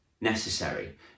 necessary